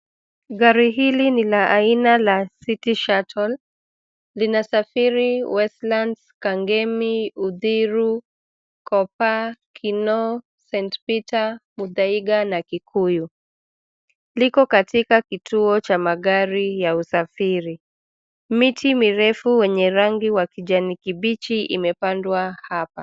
Gari hili ni la aina la Citti Shuttle linasafiri westlands, kangemi, uthiru, Kopaa, Kinoo, St Peter , Muthaiga na Kikuyu. liko katika kituo cha magari ya usafiri, miti mirefu yenye rangi ya kijani kibichi imepandwa hapa.